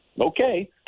Okay